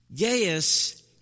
Gaius